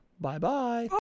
Bye-bye